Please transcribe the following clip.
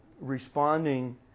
responding